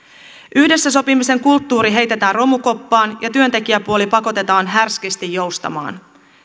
yhdessä sopimisen kulttuuri heitetään romukoppaan ja työntekijäpuoli pakotetaan härskisti joustamaan